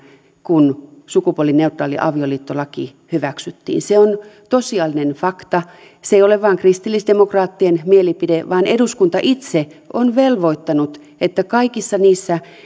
kun sukupuolineutraali avioliittolaki hyväksyttiin se on tosiasiallinen fakta se ei ole vain kristillisdemokraattien mielipide vaan eduskunta itse on velvoittanut että kaikissa niissä